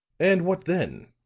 and what then?